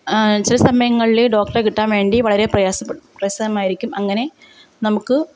ചില സമയങ്ങളിൽ ഈ ഡോക്ടറെ കിട്ടാൻ വേണ്ടി വളരെ പ്രയാസപ്പെട്ട് പ്രയാസമായിരിക്കും അങ്ങനെ നമുക്ക്